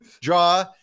draw